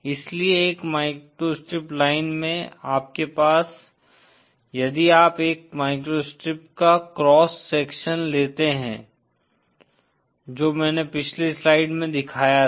इसलिए एक microstrip line में आपके पास यदि आप एक माइक्रोस्ट्रिप का क्रॉस सेक्शन लेते हैं जो मैंने पिछली स्लाइड में दिखाया था